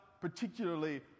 particularly